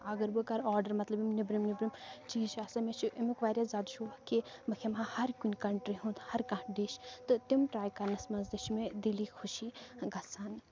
اگر بہٕ کَرٕ آرڈَر مطلب یِم نیٚبرِم نیٚبرِم چیٖز چھِ آسان مےٚ چھُ اَمیُک واریاہ زیادٕ شوق کہِ بہٕ کھٮ۪مہٕ ہا ہَر کُنہِ کَنٹرٛی ہُنٛد ہَر کانٛہہ ڈِش تہٕ تِم ٹرٛاے کَرنَس منٛز تہِ چھِ مےٚ دِلی خوشی گژھان